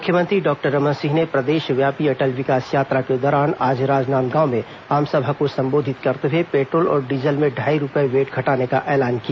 मुख्यमंत्री डॉक्टर रमन सिंह ने प्रदेशव्यापी अटल विकास यात्रा के दौरान आज राजनांदगांव में आमसभा को संबोधित करते हुए पेट्रोल और डीजल में ढाई रुपये वैट घटाने का ऐलान किया